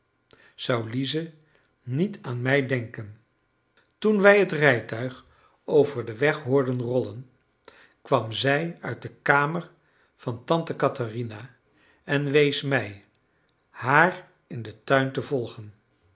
zou lize niet aan mij denken toen wij het rijtuig over den weg hoorden rollen kwam zij uit de kamer van tante katherina en wees mij haar in den tuin te volgen